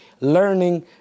learning